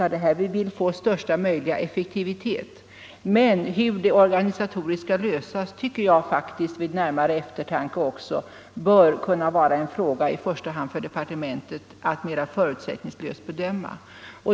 Vi vill få till stånd största möjliga effektivitet, men hur det organisatoriskt skall lösas tycker jag trots allt bör kunna vara en fråga i första hand för departementet att mera förutsättningslöst bedöma.